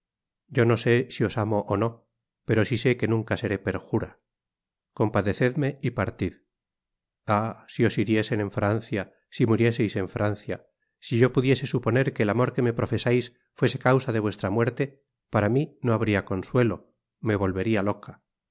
yo no sé si os amo ó nó pero si sé que nunca seré perjura compadecedme y partid ah si os hiriesen en francia si murieseis en francia si yo pudiese suponer que el amor que me profesais fuese causa de vuestra muerte para mi no habría consuelo me volvería loca